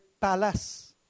palace